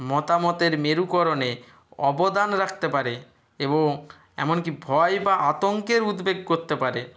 মতামতের মেরুকরণে অবদান রাখতে পারে এবং এমনকি ভয় বা আতঙ্কের উদ্বেগ করতে পারে